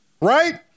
Right